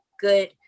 good